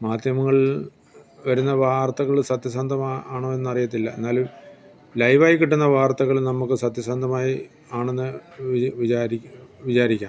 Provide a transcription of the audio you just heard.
മാധ്യമങ്ങളിൽ വരുന്ന വാർത്തകള് സത്യസന്ധമാണോ എന്ന് അറിയത്തില്ല എന്നാലും ലൈവായി കിട്ടുന്ന വാർത്തകള് നമുക്ക് സത്യസന്ധമായി ആണെന്ന് വി വിചാരിക്കാം വിചാരിക്കാം